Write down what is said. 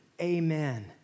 amen